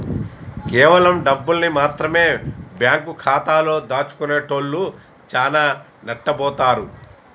కేవలం డబ్బుల్ని మాత్రమె బ్యేంకు ఖాతాలో దాచుకునేటోల్లు చానా నట్టబోతారు